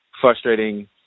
frustrating